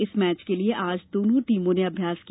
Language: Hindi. इस मैच के लिये आज दोनों टीमों ने अभ्यास किया